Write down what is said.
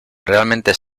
realmente